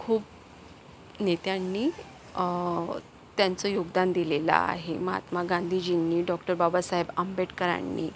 खूप नेत्यांनी त्यांचं योगदान दिलेलं आहे महात्मा गांधीजीनी डॉक्टर बाबासाहेब आंबेडकरांनी